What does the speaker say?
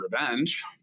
revenge